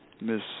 Miss